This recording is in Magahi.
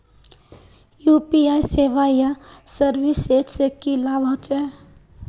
यु.पी.आई सेवाएँ या सर्विसेज से की लाभ होचे?